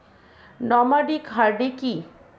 Nomadic hardy কি?